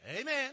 Amen